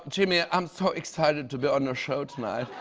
jimmy, i'm so excited to be on your show tonight.